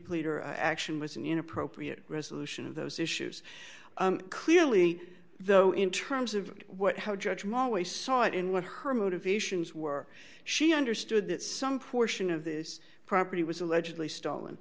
r action was an inappropriate resolution of those issues clearly though in terms of what how judge mall we saw it in what her motivations were she understood that some portion of this property was allegedly stolen